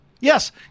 Yes